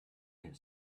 had